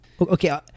Okay